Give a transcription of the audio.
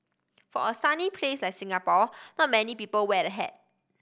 for a sunny place like Singapore not many people wear a hat